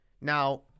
Now